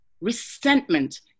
resentment